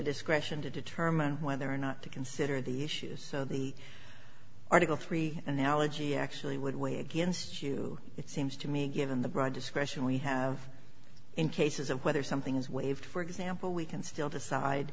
discretion to determine whether or not to consider the issues so the article three analogy actually would weigh against you it seems to me given the broad discretion we have in cases of whether something is waived for example we can still decide